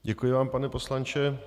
Děkuji vám, pane poslanče.